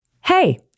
Hey